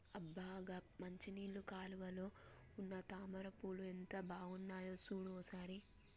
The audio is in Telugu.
అబ్బ గా మంచినీళ్ళ కాలువలో ఉన్న తామర పూలు ఎంత బాగున్నాయో సూడు ఓ సారి